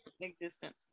existence